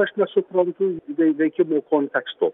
aš nesuprantu veikimo konteksto